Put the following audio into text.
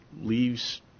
leaves